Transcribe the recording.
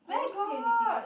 where got